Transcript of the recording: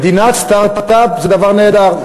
מדינת סטרט-אפ זה דבר נהדר.